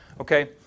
Okay